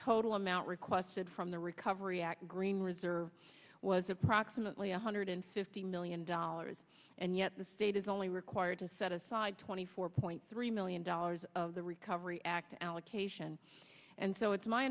total amount requested from the recovery act green reserve was approximately one hundred fifty million dollars and yet the state is only required to set aside twenty four point three million dollars of the recovery act allocation and so it's my